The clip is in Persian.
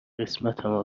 قسمتمه